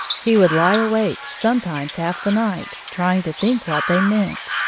he would lie awake, sometimes, half the night, trying to think what they meant.